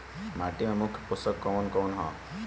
माटी में मुख्य पोषक कवन कवन ह?